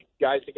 guys